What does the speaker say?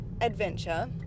adventure